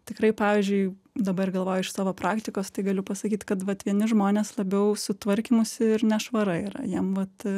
tikrai pavyzdžiui dabar galvoju iš savo praktikos tai galiu pasakyt kad vat vieni žmonės labiau su tvarkymusi ir nešvara yra jiem vat